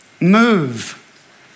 move